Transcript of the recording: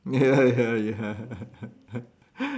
ya ya